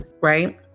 right